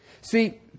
See